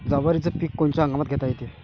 जवारीचं पीक कोनच्या हंगामात घेता येते?